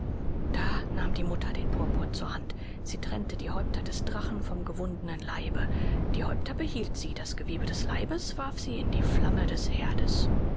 da nahm die mutter den purpur zur hand sie trennte die häupter des drachen vom gewundenen leibe die häupter behielt sie das gewebe des leibes warf sie in die flamme des herdes